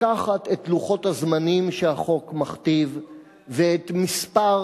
לקחת את לוחות הזמנים שהחוק מכתיב ואת מספר